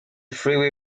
freeway